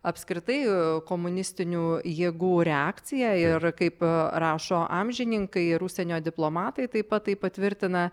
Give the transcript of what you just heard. apskritai komunistinių jėgų reakciją ir kaip rašo amžininkai ir užsienio diplomatai taip pat tai patvirtina